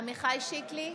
עמיחי שיקלי,